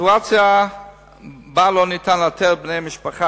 הסיטואציה שבה לא ניתן לאתר בני משפחה